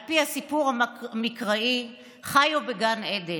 על פי הסיפור המקראי, חיו בגן עדן,